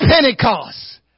Pentecost